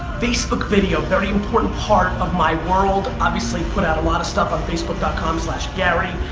facebook video, very important part of my world. obviously, put out a lot of stuff on facebook ah com gary.